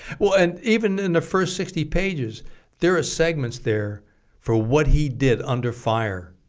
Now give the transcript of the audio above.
well and even in the first sixty pages there are segments there for what he did under fire